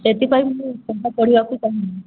ସେଥିପାଇଁ ମୁଁ ପେପର୍ ପଢ଼ିବାକୁ ଚାହୁଁନି